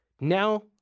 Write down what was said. Now